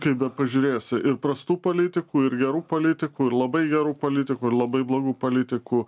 kaip bepažiūrėsi ir prastų politikų ir gerų politikų ir labai gerų politikų ir labai blogų politikų